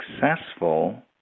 successful